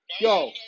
Yo